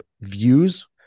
views